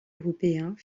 européens